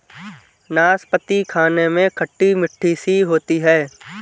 नाशपती खाने में खट्टी मिट्ठी सी होती है